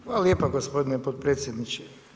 Hvala lijepa gospodine potpredsjedniče.